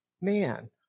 man